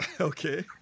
Okay